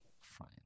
Fine